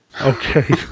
Okay